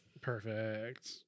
Perfect